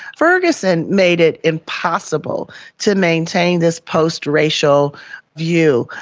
ferguson made it impossible to maintain this post-racial view,